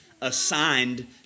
assigned